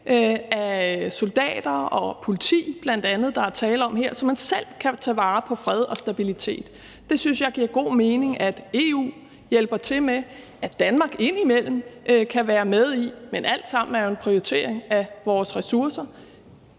af soldater og politi, der er tale om her, så man selv kan tage vare på fred og stabilitet. Det synes jeg giver god mening at EU hjælper til med. Det er noget, Danmark indimellem kan være med i, men alt sammen er jo en prioritering af vores ressourcer.